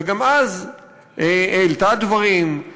וגם אז העלתה דברים,